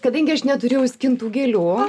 kadangi aš neturėjau skintų gėlių